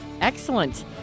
Excellent